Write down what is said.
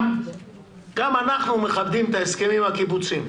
גם אנחנו מכבדים את ההסכמים הקיבוציים,